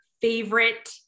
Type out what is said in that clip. favorite